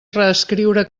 reescriure